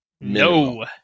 No